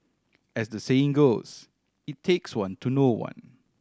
as the saying goes it takes one to know one